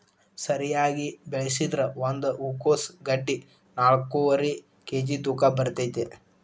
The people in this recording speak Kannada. ಸರಿಯಾಗಿ ಬೆಳಸಿದ್ರ ಒಂದ ಹೂಕೋಸ್ ಗಡ್ಡಿ ನಾಕ್ನಾಕ್ಕುವರಿ ಕೇಜಿ ತೂಕ ಬರ್ತೈತಿ